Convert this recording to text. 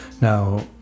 Now